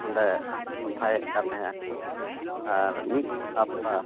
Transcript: ᱚᱸᱰᱮ ᱥᱟᱯᱷᱟᱭᱮᱫ ᱠᱟᱱ ᱛᱟᱦᱮᱸᱫᱟᱠᱚ ᱟᱨ ᱢᱤᱫ ᱦᱟᱯᱛᱟ